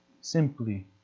Simply